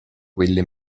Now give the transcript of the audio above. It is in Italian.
quelle